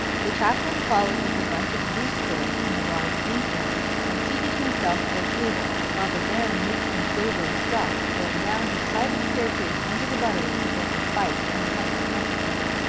the chaplain followed with a bunch of goose-quills and a large ink-horn, and seated himself at a table, while the baron mixed some savoury stuff, going down his private staircase into the buttery to get the spice and honey necessary.